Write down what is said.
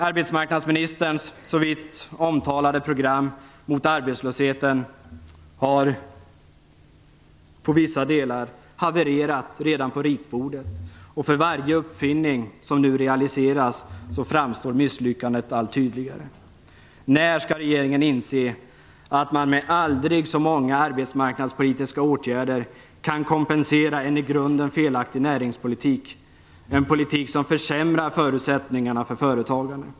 Arbetsmarknadsministerns så vitt omtalade program mot arbetslösheten har i vissa delar havererat redan på ritbordet, och för varje uppfinning som nu realiseras framstår misslyckandet allt tydligare. När skall regeringen inse att man inte med aldrig så många arbetsmarknadspolitiska åtgärder kan kompensera en i grunden felaktig näringspolitik, en politik som försämrar förutsättningarna för företagande?